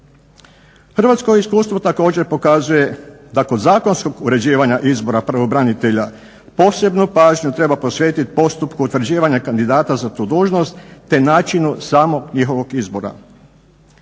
Hrvatsko iskustvo također pokazuje da kod zakonskog uređivanja izbora pravobranitelja posebnu pažnju treba posvetiti postupku utvrđivanja kandidata za tu dužnost te načinu samog njihovog izbora.